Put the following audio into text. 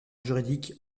juridique